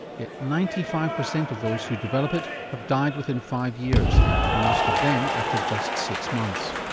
yet ninety five percent of those who develop it have died within five years and most of them after just six months.